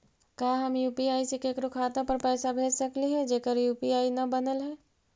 का हम यु.पी.आई से केकरो खाता पर पैसा भेज सकली हे जेकर यु.पी.आई न बनल है?